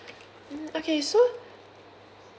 mm okay so